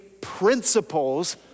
principles